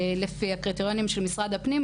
לפי הקריטריונים של משרד הפנים,